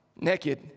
naked